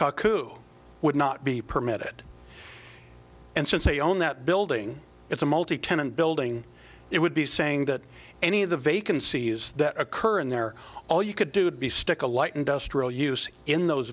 who would not be permitted and since they own that building it's a multi tenant building it would be saying that any of the vacancy is that occur and they're all you could do would be stick a light industrial use in those